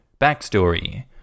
Backstory